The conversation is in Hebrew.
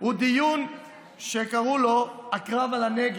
הוא דיון שקראו לו "הקרב על הנגב".